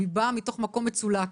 היא באה ממקום מצולק,